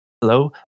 hello